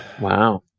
Wow